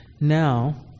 now